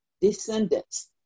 descendants